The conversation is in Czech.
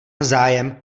zájem